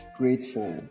grateful